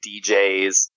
DJs